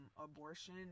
abortion